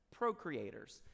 procreators